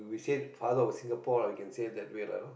say father of Singapore we can say that way ah you know